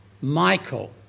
Michael